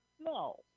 no